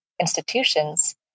institutions